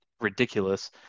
ridiculous